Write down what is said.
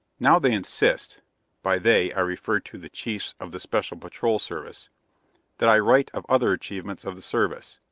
now they insist by they i refer to the chiefs of the special patrol service that i write of other achievements of the service,